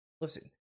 listen